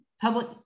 public